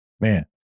Man